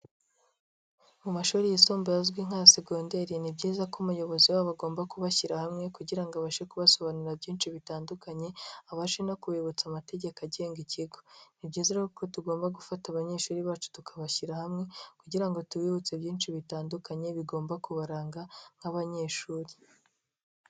Mu mashuri yisumbuye azwi nka segondeiri ni byiza ko umuyobozi wabo agomba kubashyira hamwe kugira abashe kubasobanurira byinshi bitandukanye, abashe no kubibutsa amategeko agenga ikigo ni byiza rero ko tugomba gufata abanyeshuri bacu tukabashyira hamwe, kugira ngo tubibutse byinshi bitandukanye bigomba kubaranga nk'abanyeshuri.